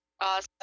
awesome